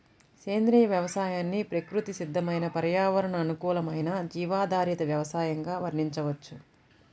సేంద్రియ వ్యవసాయాన్ని ప్రకృతి సిద్దమైన పర్యావరణ అనుకూలమైన జీవాధారిత వ్యవసయంగా వర్ణించవచ్చు